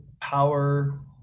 power